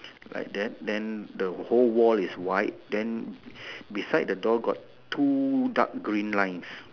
like that then the whole wall is white then beside the door got two dark green lines